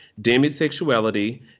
demisexuality